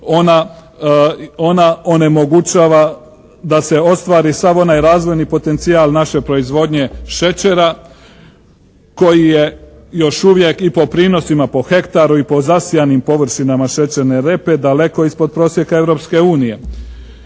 ona onemogućava da se ostvari sav onaj razvojni potencijal naše proizvodnje šećera koji je još uvijek i po prinosima po hektaru i po zasijanim površinama šećerne repe daleko ispod prosjeka